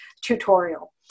tutorial